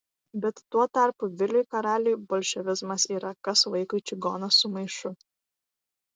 bet tuo tarpu viliui karaliui bolševizmas yra kas vaikui čigonas su maišu